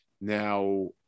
Now